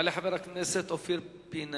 יעלה חבר הכנסת אופיר פינס-פז,